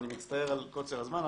אני מצטער על קוצר הזמן,